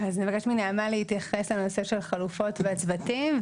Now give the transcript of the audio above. נבקש מנעמה להתייחס לנושא של חלופות וצוותים,